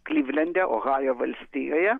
klivlende ohajo valstijoje